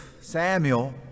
Samuel